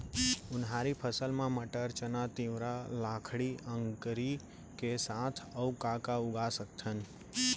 उनहारी फसल मा मटर, चना, तिंवरा, लाखड़ी, अंकरी के साथ अऊ का का उगा सकथन?